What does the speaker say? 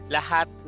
Lahat